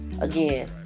again